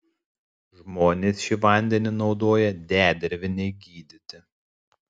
žmonės šį vandenį naudoja dedervinei gydyti